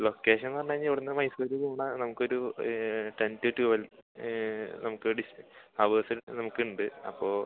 ലൊക്കേഷനെന്ന് പറഞ്ഞ് കഴിഞ്ഞാൽ ഇവിടുന്ന് മൈസൂർ പോകുന്ന നമ്മുക്കൊരു റ്റെൻ റ്റു റ്റൊൽവ് നമുക്ക് ഡിസ് അവേഴ്സ് നമുക്കുണ്ട് അപ്പോൾ